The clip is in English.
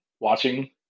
watching